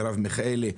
מירב מיכאלי,